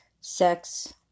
Sex